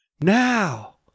now